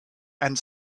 and